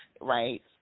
right